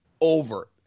over